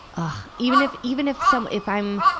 ah even if, even if some, if i'm,